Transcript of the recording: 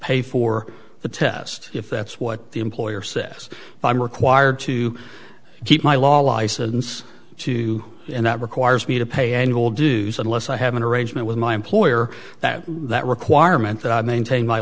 pay for the test if that's what the employer says i'm required to keep my law license to and that requires me to pay and will do so unless i have an arrangement with my employer that that requirement that i maintain my